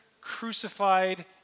crucified